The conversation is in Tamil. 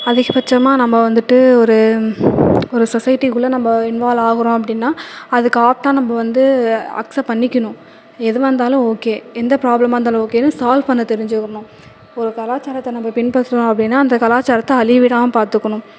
அதிகபட்சமாக நம்ம வந்துட்டு ஒரு ஒரு சொஸைட்டிக்குள்ளே நம்ம இன்வால்வ் ஆகிறோம் அப்படினா அதுக்கு ஆக்ட்டாக அதுக்கு வந்து அக்ஸப்ட் பண்ணிக்கணும் எதுவந்தாலும் ஓகே எந்த ப்ராப்ளமாந்தாலும் ஓகேன்னு ஸால்வ் பண்ண தெரிஞ்சிக்கிறணும் ஒரு கலாச்சாரத்தை நம்ம பின்பற்றணும் அப்படினா அந்த கலாச்சாரத்தை அழியவிடாமல் பார்த்துக்கணும்